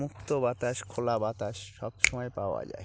মুক্ত বাতাস খোলা বাতাস সব সময় পাওয়া যায়